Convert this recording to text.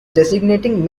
designating